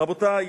רבותי,